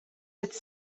êtes